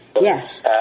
yes